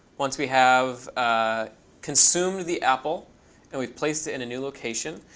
once we have ah consumed the apple and we've placed it in a new location,